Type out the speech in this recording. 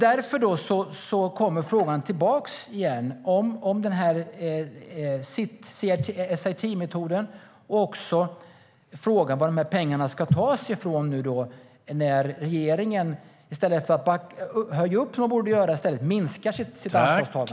Därför kommer frågan om SIT-metoden tillbaka igen och också frågan om var pengarna ska tas ifrån nu när regeringen minskar sitt ansvarstagande i stället för att öka det, som man borde göra.